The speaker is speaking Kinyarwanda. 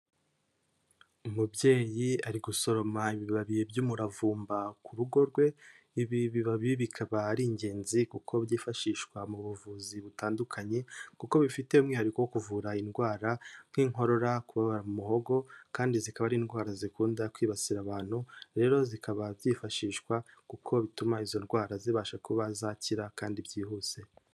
Umubyeyi ari gusoroma ibibabi by'umuravumba ku rugo rwe, ibi bibabi bikaba ari ingenzi kuko byifashishwa mu buvuzi butandukanye, kuko bifite umwihariko wo kuvura indwara nk'inkorora, kubabara mu muhogo, kandi zikaba ari indwara zikunda kwibasira abantu, rero zikaba byifashishwa kuko bituma izo ndwara zibasha kuba zakira kandi byihuse.